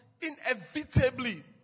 inevitably